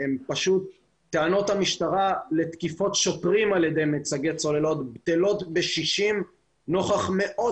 טענות המשטרה לתקיפות שוטרים על ידי מיצגי צוללות בטלות בשישים נוכח מאות